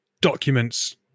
documents